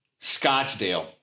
Scottsdale